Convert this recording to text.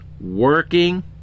working